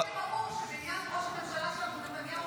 רק שיהיה ברור שבעניין ראש הממשלה שלנו, נתניהו,